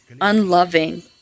unloving